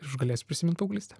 galėsiu prisimint paauglystę